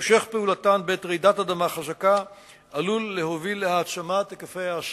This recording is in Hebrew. שהמשך פעולתן בעת רעידת אדמה חזקה עלול להוביל להעצמת היקפי האסון.